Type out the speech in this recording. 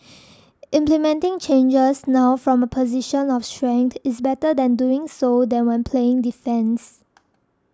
implementing changes now from a position of strength is better than doing so than when playing defence